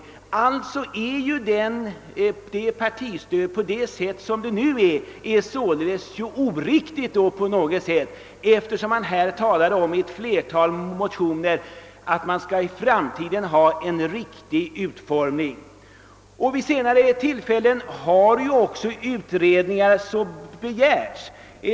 Alltså är partistödet, sådant det nu är utformat, oriktigt på något sätt, eftersom man i ett flertal motioner talar om att man i framtiden skall ha en riktig utformning. Vid senare tillfällen har också utredningar begärts.